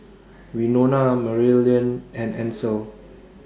Winona Maryellen and Ansel